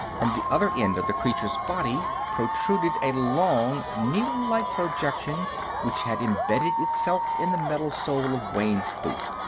from the other end of the creature's body protruded a long, needle-like projection which had imbedded itself in the metal sole of wayne's boot.